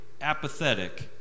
apathetic